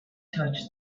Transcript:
touched